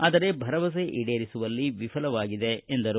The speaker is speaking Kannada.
ಆದರೆ ಭರವಸೆ ಈಡೇರಿಸುವಲ್ಲಿ ವಿಫಲವಾಗಿದೆ ಎಂದರು